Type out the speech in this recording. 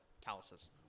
calluses